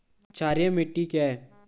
क्षारीय मिट्टी क्या है?